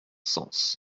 sens